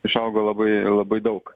išaugo labai labai daug